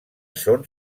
són